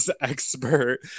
expert